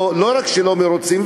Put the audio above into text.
לא רק לא מרוצים,